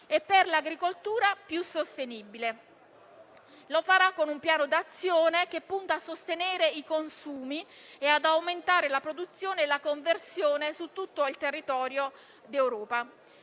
e per un'agricoltura più sostenibile. Lo farà con un piano d'azione che punta a sostenere i consumi e ad aumentare la produzione e la conversione su tutto il territorio d'Europa.